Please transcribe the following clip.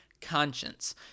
conscience